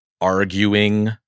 Arguing